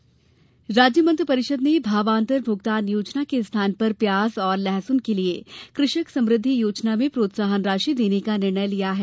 प्याज बिक्री राज्य मंत्रिपरिषद ने भावान्तर भुगतान योजना के स्थान पर प्याज और लहसुन के लिये कृषक समृद्धि योजना में प्रोत्साहन राशि देने का निर्णय लिया है